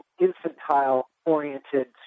infantile-oriented